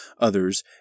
others